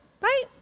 right